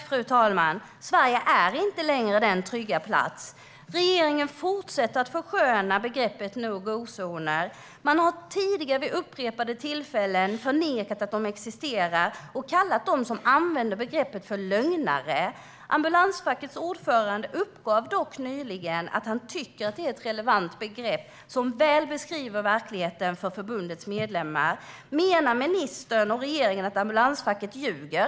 Fru talman! Sverige är inte längre den trygga platsen. Regeringen fortsätter att försköna begreppet no-go-zoner. Man har tidigare, vid upprepade tillfällen, förnekat att de existerar och kallat dem som använder begreppet för lögnare. Ambulansfackets ordförande uppgav dock nyligen att han tycker att det är ett relevant begrepp som väl beskriver verkligheten för förbundets medlemmar. Menar ministern och regeringen att ambulansfacket ljuger?